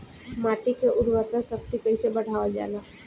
माटी के उर्वता शक्ति कइसे बढ़ावल जाला?